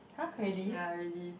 you ya really